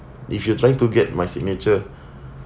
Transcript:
if you're trying to get my signature